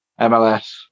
MLS